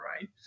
right